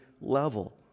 level